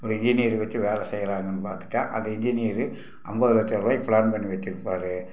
ஒரு இன்ஜினியரு வச்சு வேலை செய்கிறாங்கன்னு பார்த்துட்டா அந்த இன்ஜினியரு ஐம்பது லட்ச ரூபாய்க்கு ப்ளான் பண்ணி வச்சிருப்பார்